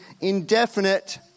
indefinite